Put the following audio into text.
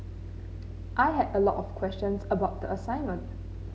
I had a lot of questions about the assignment